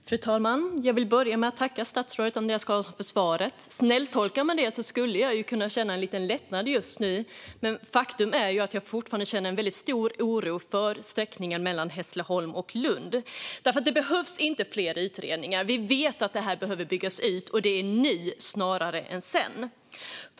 Fru talman! Jag vill börja med att tacka statsrådet Andreas Carlson för svaret. Snälltolkar jag det skulle jag kunna känna en liten lättnad just nu, men faktum är att jag fortfarande känner en väldigt stor oro för sträckningen mellan Hässleholm och Lund. Det behövs inte fler utredningar. Vi vet att den behöver byggas ut, och det nu snarare än sedan.